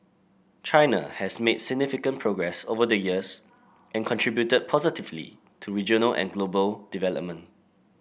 China has made significant progress over the years and contributed positively to regional and global development